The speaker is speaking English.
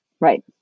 Right